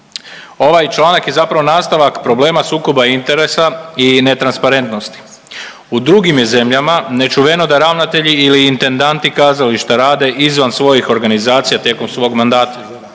Ovaj članak je zapravo nastava problema sukoba interesa i netransparentnosti. U drugim je zemljama nečuveno da ravnatelji ili intendanti kazališta rade izvan svojih organizacija tijekom svog mandata.